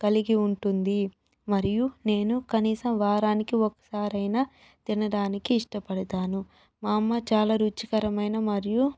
కలిగి ఉంటుంది మరియు నేను కనీసం వారానికి ఒకసారి అయినా తినడానికి ఇష్టపడతాను మా అమ్మ చాలా రుచికరమైన మరియు